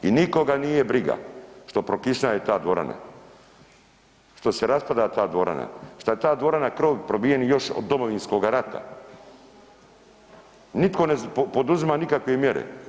I nikoga nije briga što prokišnjaje ta dvorana, što se raspada ta dvorana, šta ta dvorana krov probijeni još od Domovinskoga rata, nitko ne poduzima nikakve mjere.